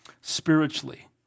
spiritually